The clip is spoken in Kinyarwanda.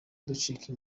ducika